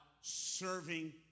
serving